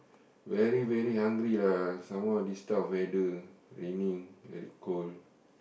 very very hungry lah some more this type of weather raining very cold